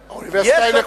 אוניברסיטה.